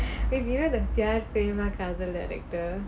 okay you know the Pyaar Prema Kaadhal prema kaadhal director